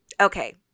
Okay